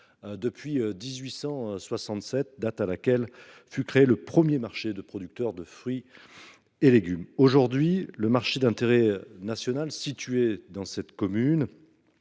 depuis 1867, année de création du premier marché de producteurs de fruits et légumes. Aujourd’hui, le marché d’intérêt national (MIN) situé dans cette commune